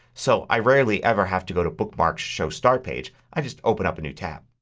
so i rarely ever have to go to bookmarks, show start page. i just open up a new tab.